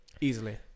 easily